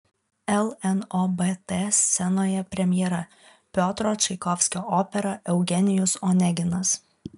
lnobt scenoje premjera piotro čaikovskio opera eugenijus oneginas